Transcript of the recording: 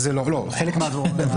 אני צריך לחזור לכנסת.